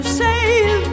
save